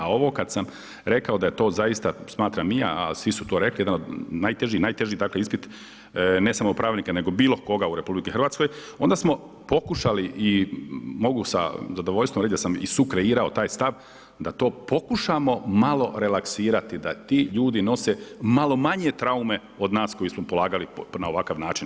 A ovo kada sam rekao da je to zaista smatram i ja a i svi su to rekli jedan od najtežih, najteži dakle ispit, ne samo pravnika, nego bilo koga u RH onda smo pokušali i mogu sa zadovoljstvom reći da sam i sukreirao taj stav da to pokušamo malo relaksirati da ti ljudi nose malo manje traume od nas koji smo polagali na ovakav način.